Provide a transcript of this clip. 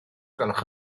gwelwch